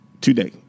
Today